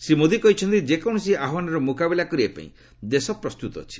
ଶ୍ରୀ ମୋଦି କହିଛନ୍ତି ଯେକୌଣସି ଆହ୍ୱାନର ମୁକାବିଲା କରିବାପାଇଁ ଦେଶ ପ୍ରସ୍ତୁତ ଅଛି